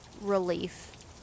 relief